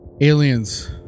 Aliens